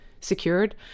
secured